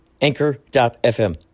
Anchor.fm